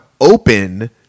Open